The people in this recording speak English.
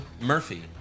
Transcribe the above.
Murphy